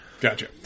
Gotcha